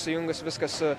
sujungus viską su